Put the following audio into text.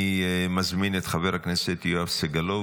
אני מזמין את חבר הכנסת יואב סגלוביץ',